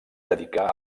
dedicà